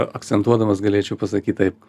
akcentuodamas galėčiau pasakyt taip